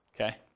okay